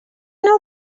know